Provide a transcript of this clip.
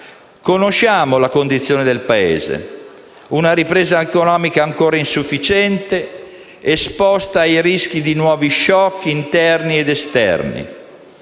Conosciamo la condizione del Paese: la ripresa economica è ancora insufficiente, esposta ai rischi di nuovi *shock* interni ed esterni.